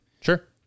Sure